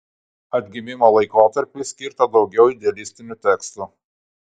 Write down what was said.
atgimimo laikotarpiui skirta daugiau idealistinių tekstų